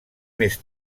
més